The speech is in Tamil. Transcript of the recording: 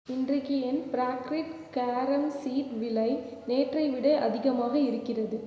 இன்றைக்கு என் பிராக்ரிதிக் கேரம் சீட் விலை நேற்றை விட அதிகமாக இருக்கிறது